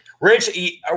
Rich